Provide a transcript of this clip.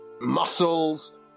muscles